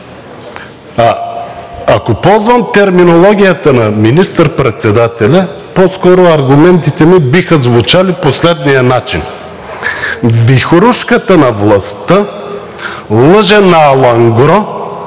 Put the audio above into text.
Ако ползвам терминологията на министър председателя, по-скоро аргументите ми биха звучали по следния начин: вихрушката на властта лъже „на алангро“